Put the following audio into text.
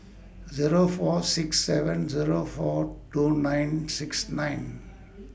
Zero four six seven Zero four two nine six nine